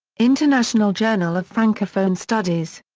international journal of francophone studies.